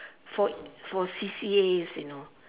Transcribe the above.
for for C_C_As you know